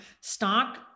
Stock